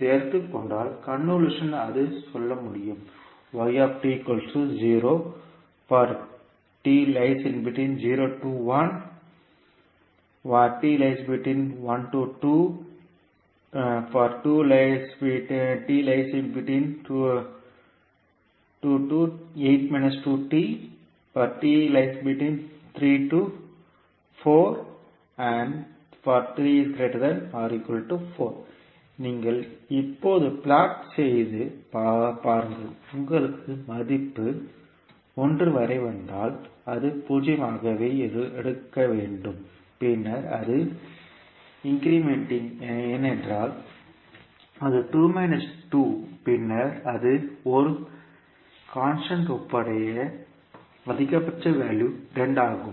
சேர்த்து கொண்டால் கன்வொல்யூஷன் ஆக சொல்ல முடியும் நீங்கள் இப்போது பிளாட் செய்து பாருங்கள் உங்களுக்கு மதிப்பு 1 வரை வந்தால் அது 0 ஆகவே எடுக்க வேண்டும் பின்னர் அது இன்கிரிமெண்டிங் ஏனென்றால் அது பின்னர் அது ஒரு கான்ஸ்டன்ட் ஒப்புடைய அதிகபட்ச வேல்யூ 2 ஆகும்